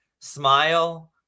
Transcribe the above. smile